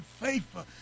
faithful